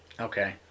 Okay